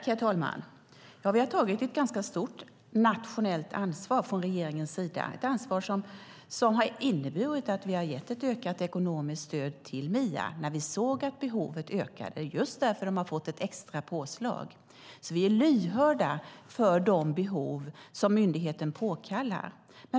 Herr talman! Vi har tagit ett ganska stort nationellt ansvar från regeringens sida, ett ansvar som har inneburit att vi har gett ökat ekonomiskt stöd till MIA, när vi såg att behoven ökade. Det är just därför som de har fått ett extra påslag. Vi är lyhörda för de behov som myndigheten påtalar.